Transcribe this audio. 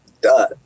Duh